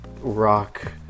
rock